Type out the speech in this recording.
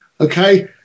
Okay